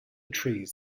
trees